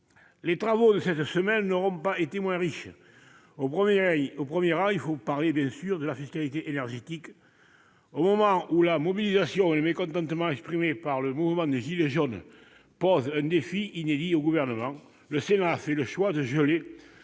Les travaux de cette semaine n'en auront pas moins été riches. Au premier rang, il faut parler bien sûr de la fiscalité énergétique. Au moment où la mobilisation et le mécontentement exprimés par le mouvement des « gilets jaunes » posent un défi inédit au Gouvernement, le Sénat a fait le choix de geler